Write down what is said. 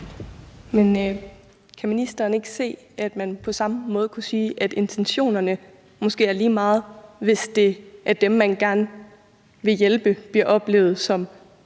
kan ministeren ikke se, at man på samme måde kunne sige, at intentionerne måske er lige meget, hvis det af dem, man gerne vil hjælpe, bliver oplevet som